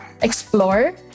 explore